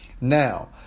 Now